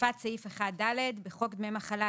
הוספת סעיף 1ד: א.בחוק דמי מחלה,